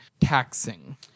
taxing